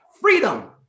freedom